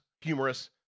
humorous